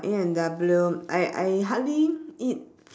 A&W I I hardly eat